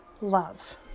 love